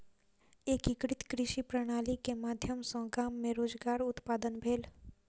एकीकृत कृषि प्रणाली के माध्यम सॅ गाम मे रोजगार उत्पादन भेल